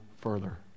further